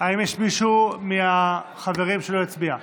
האם יש מישהו מהחברים שלא הצביע?